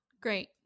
great